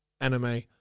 anime